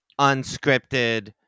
unscripted